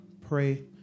pray